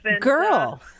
Girl